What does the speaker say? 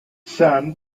son